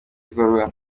gikorwa